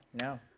no